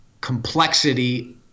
complexity